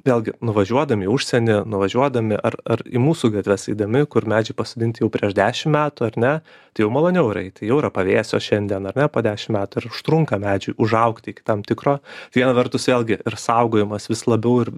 vėlgi nuvažiuodami į užsienį nuvažiuodami ar ar į mūsų gatves eidami kur medžiai pasodinti jau prieš dešim metų ar ne tai jau maloniau yra eiti jau yra pavėsio šiandien ar ne po dešim metų ir užtrunka medžiui užaugti iki tam tikro viena vertus vėlgi ir saugojimas vis labiau ir